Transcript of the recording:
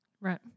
right